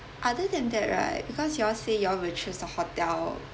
other than that right because you all say you all will choose the hotel